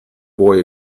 boy